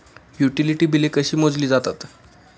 Utility बिले कशी मोजली जातात?